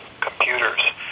computers